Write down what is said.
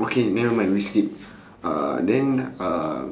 okay never mind we skip uh then uh